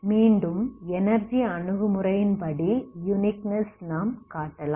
மீண்டும் எனர்ஜி அணுகுமுறையின்படி யுனிக்னெஸ் நாம் காட்டலாம்